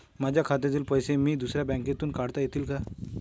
माझ्या खात्यातील पैसे मी दुसऱ्या बँकेतून काढता येतील का?